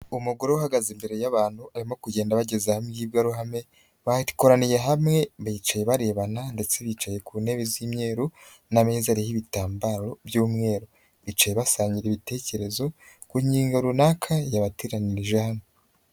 Umugore uhagaze imbere y'abantu, arimo kugenda bageze imbwiruhame, bakoraniye hamwe, bicaye barebana ndetse bicaye ku ntebe z'imyeru n'ameza ariho ibtambaro by'umweru, bicaye basangira ibitekerezo ku ngingo runaka yabateranirije hano.